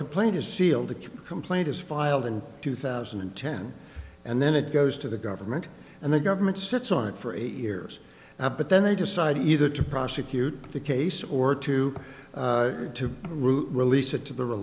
complaint is sealed a complaint is filed in two thousand and ten and then it goes to the government and the government sits on it for eight years now but then they decided either to prosecute the case or to to release it to the re